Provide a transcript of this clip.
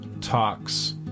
talks